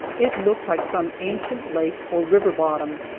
it looked like some ancient lake or river bottom.